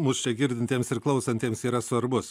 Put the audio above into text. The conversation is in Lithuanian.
mus čia girdintiems ir klausantiems yra svarbus